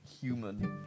human